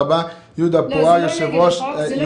לא, זה לא נגד החוק.